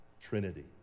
Trinity